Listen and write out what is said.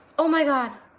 oh my god.